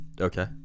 Okay